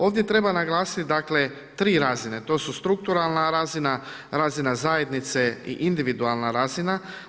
Ovdje treba naglasiti tri razine, a to su: strukturalna razina, razina zajednice i individualna razina.